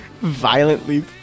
violently